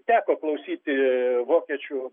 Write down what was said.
teko klausyti vokiečių